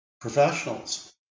professionals